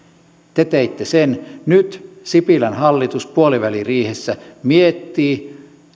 te teitte sen nyt sipilän hallitus puoliväliriihessä miettii